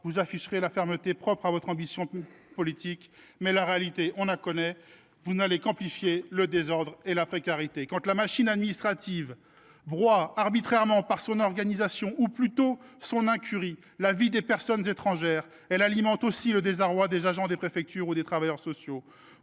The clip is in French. vous afficherez la fermeté propice à votre ambition politique ; mais la réalité, on la connaît : vous n’allez qu’amplifier le désordre et la précarité. Quand la machine administrative broie arbitrairement, par son organisation, ou plutôt par son incurie, la vie des personnes étrangères, elle alimente aussi le désarroi des agents des préfectures ou des travailleurs sociaux.